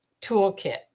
toolkit